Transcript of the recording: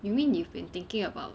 you mean you've been thinking about